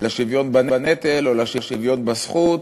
לשוויון בנטל או לשוויון בזכות,